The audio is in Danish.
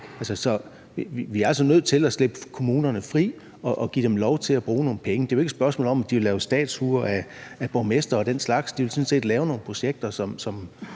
altså nødt til at slippe kommunerne fri og give dem lov til at bruge nogle penge. Det er jo ikke et spørgsmål om, af de vil lave statuer af borgmestre og den slags. De